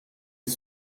les